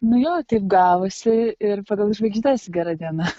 nu jo taip gavosi ir pagal žvaigždes gera diena